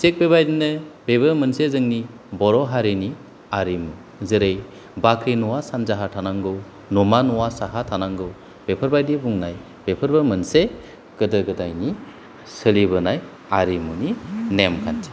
थिग बेबायदिनो बेबो मोनसे जोंनि बर' हारिनि आरिमु जेरै बाख्रि न'आ सानजाहा थानांगौ न'मा न'आ साहा थानांगौ बेफोरबायदि बुंनाय बेफोरबो मोनसे गोदो गोदायनि सोलिबोनाय आरिमुनि नेमखान्थि